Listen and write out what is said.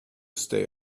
stay